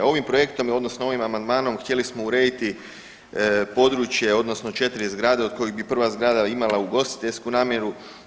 Ovim projektom odnosno ovim amandmanom htjeli smo urediti područje odnosno četiri zgrade od kojih bi prva zgrada imala ugostiteljsku namjeru.